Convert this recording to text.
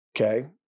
okay